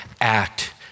act